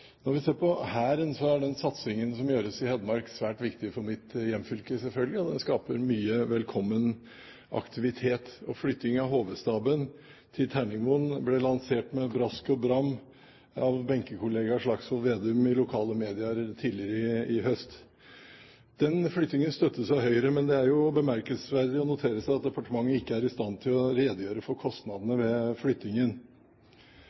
Når vi ser på Hæren, er den satsingen som gjøres i Hedmark, svært viktig for mitt hjemfylke – selvfølgelig – og den skaper mye velkommen aktivitet. Flyttingen av HV-staben til Terningmoen ble lansert med brask og bram av benkekollega Slagsvold Vedum i lokale medier tidligere i høst. Den flyttingen støttes av Høyre, men det er bemerkelsesverdig å notere seg at departementet ikke er i stand til å redegjøre for